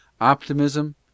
optimism